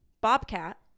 bobcat